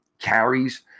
carries